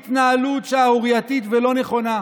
היא התנהלות שערורייתית ולא נכונה.